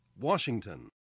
Washington